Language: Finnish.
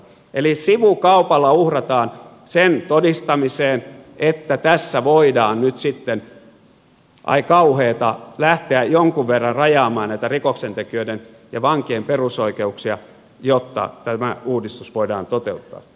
eli sivukaupalla uhrataan sen todistamiseen että tässä voidaan nyt sitten ai kauheata lähteä jonkun verran rajaamaan näitä rikoksentekijöiden ja vankien perusoikeuksia jotta tämä uudistus voidaan toteuttaa